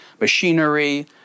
machinery